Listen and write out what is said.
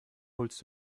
holst